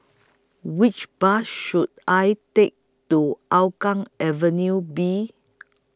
Which Bus should I Take to Hougang Avenue B